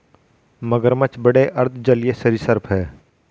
मगरमच्छ बड़े अर्ध जलीय सरीसृप हैं